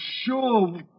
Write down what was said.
sure